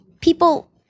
people